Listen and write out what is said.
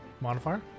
modifier